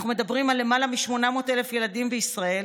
אנחנו מדברים על למעלה מ-800,000 ילדים בישראל,